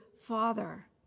father